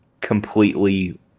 completely